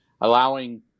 allowing